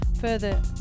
further